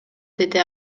деди